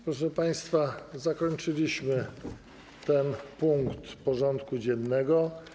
Proszę państwa, zakończyliśmy ten punkt porządku dziennego.